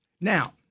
Now